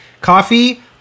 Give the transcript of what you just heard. Coffee